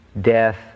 death